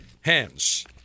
hands